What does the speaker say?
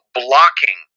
blocking